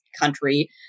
country